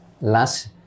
Last